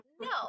no